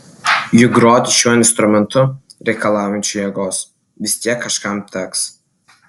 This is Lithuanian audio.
juk groti šiuo instrumentu reikalaujančiu jėgos vis tiek kažkam teks